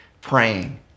praying